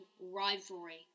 rivalry